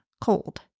cold